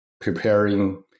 preparing